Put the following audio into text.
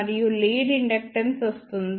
మరియు lead inductance వస్తుంది